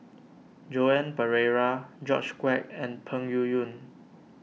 Joan Pereira George Quek and Peng Yuyun